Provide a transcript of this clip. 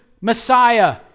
Messiah